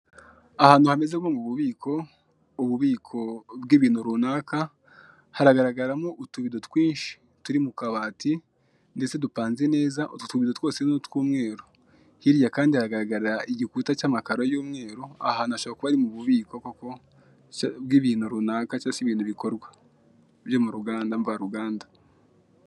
Ahantu hameze nko mu bubiko ububiko bw'ibintu runaka, haragaragaramo utubido twinshi turi mu kabati ndetse dupanze neza, utu tubido twose ni utw'umweru. Hirya kandi haragaragara igikuta cy'amakaro y'umweru, aha hantu hashobora kuba ari mu bubiko koko, bw'ibintu runaka cyangwa se ibintu bikorwa byo mu ruganda mva ruganda.